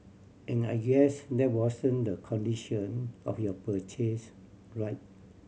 and I guess that wasn't the condition of your purchase right